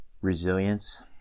resilience